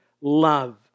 love